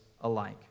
alike